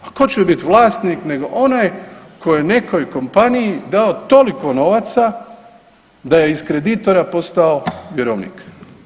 A tko će bit vlasnik nego onaj koji je nekoj kompaniji dao toliko novaca, da je iz kreditora postao vjerovnik.